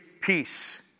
peace